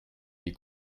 die